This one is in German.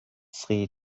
sri